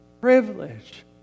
privilege